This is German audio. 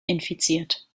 infiziert